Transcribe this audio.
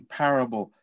parable